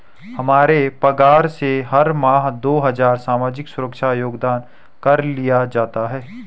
हमारे पगार से हर माह दो हजार सामाजिक सुरक्षा योगदान कर लिया जाता है